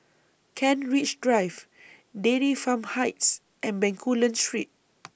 Kent Ridge Drive Dairy Farm Heights and Bencoolen Street